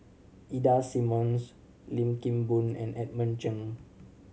Ida Simmons Lim Kim Boon and Edmund Cheng